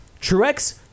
Truex